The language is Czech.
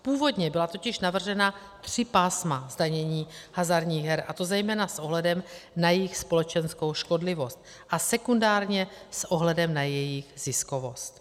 Původně byla totiž navržena tři pásma zdanění hazardních her, a to zejména s ohledem na jejich společenskou škodlivost a sekundárně s ohledem na jejich ziskovost.